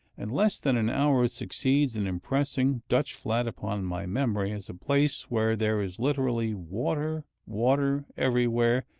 and less than an hour succeeds in impressing dutch flat upon my memory as a place where there is literally water, water, everywhere,